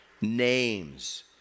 names